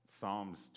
Psalms